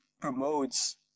promotes